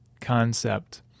concept